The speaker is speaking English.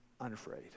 unafraid